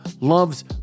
loves